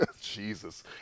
Jesus